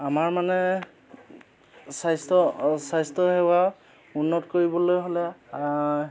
আমাৰ মানে স্বাস্থ্য স্বাস্থ্যসেৱা উন্নত কৰিবলৈ হ'লে